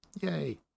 yay